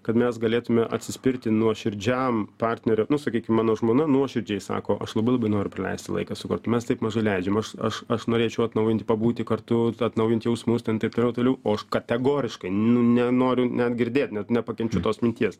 kad mes galėtume atsispirti nuoširdžiam partnerio sakykim mano žmona nuoširdžiai sako aš labai labai noriu praleisti laiką su kartu mes taip mažai leidžiam aš aš aš norėčiau atnaujinti pabūti kartu atnaujint jausmus ten taip toliau toliau o aš kategoriškai nu nenoriu net girdėt net nepakenčiu tos minties